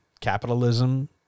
capitalism